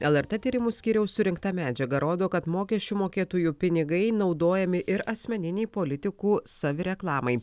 lrt tyrimų skyriaus surinkta medžiaga rodo kad mokesčių mokėtojų pinigai naudojami ir asmeninei politikų savireklamai